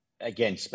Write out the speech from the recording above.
again